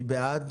מי בעד?